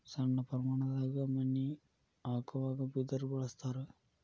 ಸಣ್ಣ ಪ್ರಮಾಣದಾಗ ಮನಿ ಹಾಕುವಾಗ ಬಿದರ ಬಳಸ್ತಾರ